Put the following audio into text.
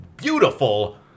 beautiful